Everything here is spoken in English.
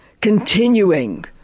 continuing